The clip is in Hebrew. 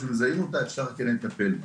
וכשמזהים אותה אפשר כן לטפל בה.